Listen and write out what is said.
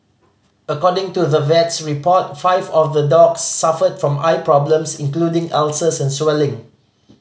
according to the vet's report five of the dogs suffered from eye problems including ulcers and swelling